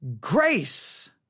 grace